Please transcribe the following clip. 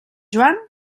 joan